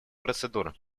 процедуры